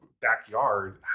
backyard